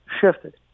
shifted